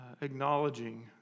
acknowledging